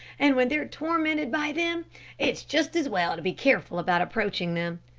and when they're tormented by them it's just as well to be careful about approaching them.